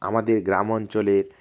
আমাদের গ্রাম অঞ্চলে